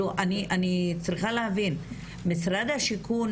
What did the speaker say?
אני צריכה להבין משרד השיכון,